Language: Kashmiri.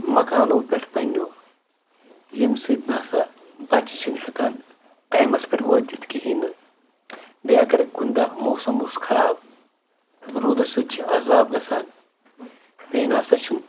مکانو پٮ۪ٹھ پنٛنیو ییٚمہِ سۭتۍ نہٕ ہَسا بَچہِ چھِنہٕ ہٮ۪کان ٹایمَس پٮ۪ٹھ وٲتِتھ کِہیٖنۍ نہٕ بیٚیہِ اگر کُنہِ دۄہ موسم اوس خراب روٗدَس سۭتۍ چھِ عذاب گژھان بیٚیہِ نَسا چھُنہٕ